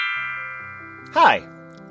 Hi